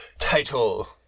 title